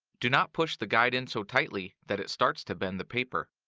do not push the guide in so tightly that it starts to bend the paper.